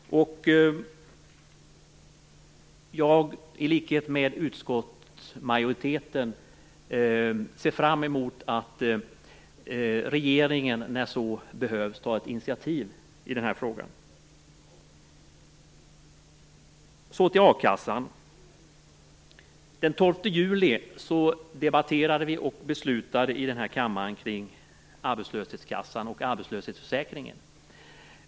Jag, i likhet med utskottsmajoriteten, ser fram emot att regeringen när så behövs tar ett initiativ i den här frågan. Så till a-kassan. Den 12 juli debatterade och beslutade vi här i kammaren kring arbetslöshetskassan och arbetslöshetsförsäkringen.